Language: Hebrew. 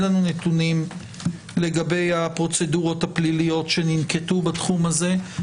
לנו נתונים לגבי הפרוצדורות הפליליות שננקטו בתחום הזה,